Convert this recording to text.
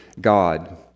God